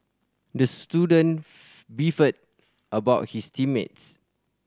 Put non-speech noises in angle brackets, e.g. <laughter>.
the student <unintelligible> beefed about his team mates